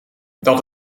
dat